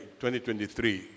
2023